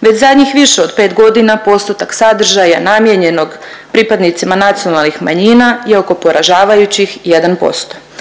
Već zadnjih više od 5 godina postotak sadržaja namijenjenog pripadnicima nacionalnih manjina je oko poražavajućih 1%.